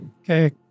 Okay